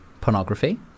pornography